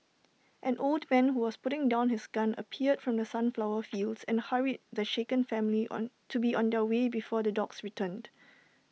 an old man who was putting down his gun appeared from the sunflower fields and hurried the shaken family on to be on their way before the dogs return